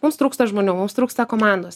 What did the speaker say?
mums trūksta žmonių mums trūksta komandos